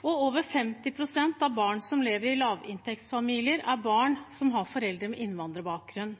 og over 50 pst. av barn som lever i lavinntektsfamilier, er barn som har foreldre med innvandrerbakgrunn.